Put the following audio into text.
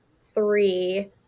three